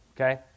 Okay